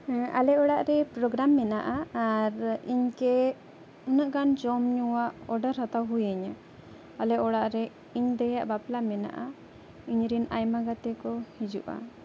ᱟᱞᱮ ᱚᱲᱟᱜ ᱨᱮ ᱯᱨᱳᱜᱨᱟᱢ ᱢᱮᱱᱟᱜᱼᱟ ᱟᱨ ᱤᱧ ᱠᱮ ᱩᱱᱟᱹᱜ ᱜᱟᱱ ᱡᱚᱢ ᱧᱩᱣᱟᱜ ᱚᱰᱟᱨ ᱦᱟᱛᱟᱣ ᱦᱩᱭᱟᱹᱧᱟᱹ ᱟᱞᱮ ᱚᱲᱟᱜ ᱨᱮ ᱤᱧ ᱫᱟᱹᱭᱟᱜ ᱵᱟᱯᱞᱟ ᱢᱮᱱᱟᱜᱼᱟ ᱤᱧᱨᱮᱱ ᱟᱭᱢᱟ ᱜᱟᱛᱮ ᱠᱚ ᱦᱤᱡᱩᱜᱼᱟ